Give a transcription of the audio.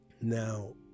Now